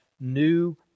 new